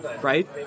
right